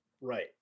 Right